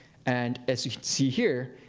and as you can see here,